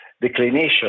declination